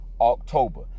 October